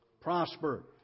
prosper